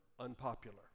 unpopular